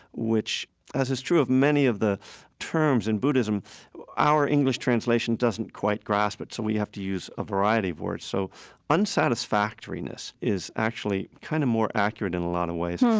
which as is true of many of the terms in buddhism our english translation doesn't quite grasp it, so we have to use a variety of words. so unsatisfactoriness is actually kind of more accurate in a lot of ways,